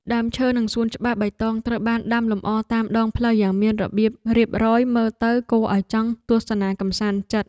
ដើមឈើនិងសួនច្បារបៃតងត្រូវបានដាំលម្អតាមដងផ្លូវយ៉ាងមានរបៀបរៀបរយមើលទៅគួរឱ្យចង់ទស្សនាកម្សាន្តចិត្ត។